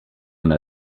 una